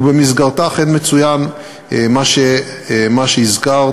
ובמסגרתה אכן מצוין מה שהזכרת,